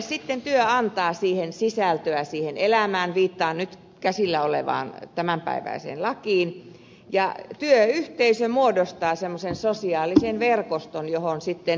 monelle työ antaa siihen elämään sisältöä viittaan nyt käsillä olevaan tämänpäiväiseen lakiin ja työyhteisö muodostaa semmoisen sosiaalisen verkoston johon kiinnitytään